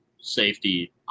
safety